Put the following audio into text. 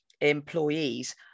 employees